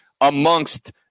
amongst